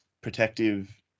protective